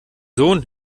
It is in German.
sohn